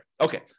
okay